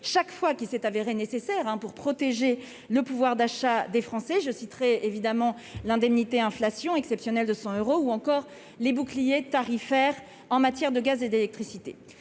chaque fois qu'il s'est avéré nécessaire pour protéger le pouvoir d'achat des Français, je citerai évidemment l'indemnité inflation exceptionnelle de 100 euros ou encore les bouclier tarifaire en matière de gaz et d'électricité,